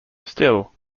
still